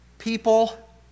people